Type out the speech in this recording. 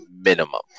minimum